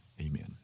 Amen